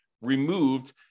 removed